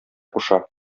куша